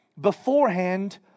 beforehand